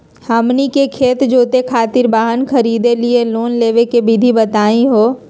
हमनी के खेत जोते खातीर वाहन खरीदे लिये लोन लेवे के विधि बताही हो?